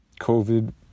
COVID